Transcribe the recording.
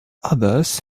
others